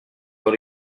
dans